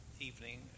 evening